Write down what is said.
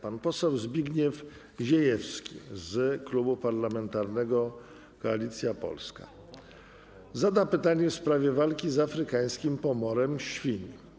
Pan poseł Zbigniew Ziejewski z Klubu Parlamentarnego Koalicja Polska zada pytanie w sprawie walki z afrykańskim pomorem świń.